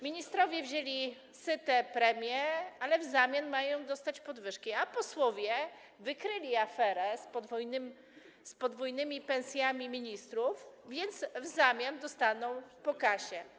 Ministrowie wzięli syte premie, ale w zamian mają dostać podwyżki, a posłowie wykryli aferę z podwójnymi pensjami ministrów, więc w zamian dostaną po kasie.